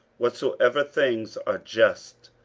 whatsoever things are just,